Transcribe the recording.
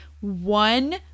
one